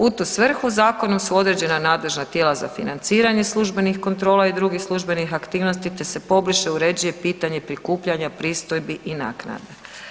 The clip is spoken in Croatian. U tu svrhu, zakonom su određena nadležna tijela za financiranje službenih kontrola i drugih službenih aktivnosti te se pobliže uređuje pitanje prikupljanja pristojbi i naknada.